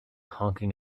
honking